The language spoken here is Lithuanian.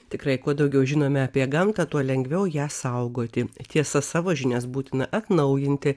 tikrai kuo daugiau žinome apie gamtą tuo lengviau ją saugoti tiesą savo žinias būtina atnaujinti